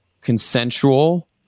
consensual